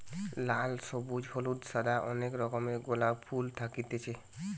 লাল, সবুজ, হলুদ, সাদা অনেক রকমের গোলাপ ফুল থাকতিছে